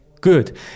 good